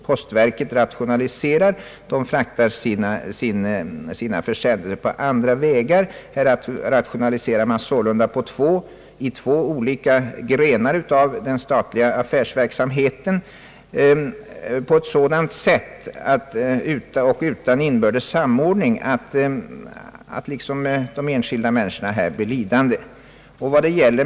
Postverket rationaliserar och fraktar sina försändelser på andra vägar. Här rationaliserar sålunda två olika grenar av den statliga affärsverksamheten utan inbördes samordning med påföljd att de enskilda människorna blir lidande.